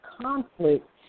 conflict